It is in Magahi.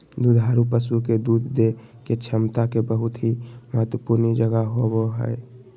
दुधारू पशु के दूध देय के क्षमता के बहुत ही महत्वपूर्ण जगह होबय हइ